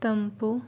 ತಂಪು